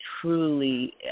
truly